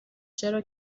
چرا